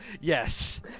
Yes